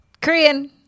Korean